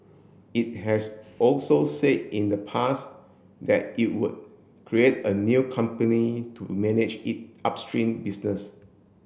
it has also said in the past that it would create a new company to manage it upstream business